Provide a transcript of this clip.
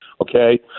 Okay